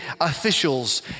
officials